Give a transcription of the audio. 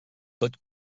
tot